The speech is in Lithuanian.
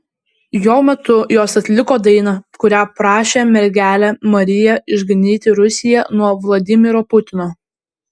jo metu jos atliko dainą kuria prašė mergelę mariją išganyti rusiją nuo vladimiro putino